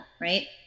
right